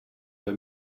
bei